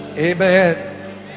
Amen